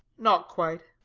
not quite.